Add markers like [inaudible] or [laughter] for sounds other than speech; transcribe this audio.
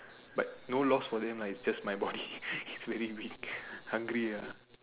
but no loss for them lah it's just my body is very weak [laughs] hungry ah